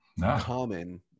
common